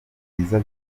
ibyiza